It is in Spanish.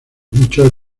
muchos